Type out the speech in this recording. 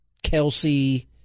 Kelsey